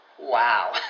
Wow